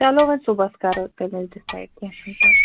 چلو وۄنۍ صُبحس کرو تیٚلہِ أسی ڈِسایِڈ کینٛہہ چھُنہٕ پرواے